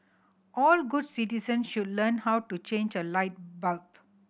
all good citizens should learn how to change a light bulb